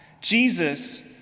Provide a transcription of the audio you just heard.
Jesus